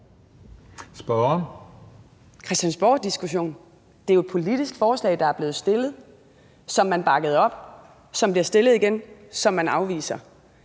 (KF): En Christiansborgdiskussion? Det er jo et politisk forslag, der er blevet fremsat, og som man bakkede op, og som bliver fremsat igen, og som man så afviser.